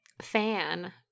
fan